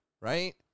right